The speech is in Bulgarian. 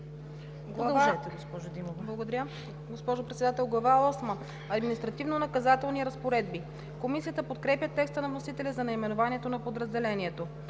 Благодаря.